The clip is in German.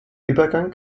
übergang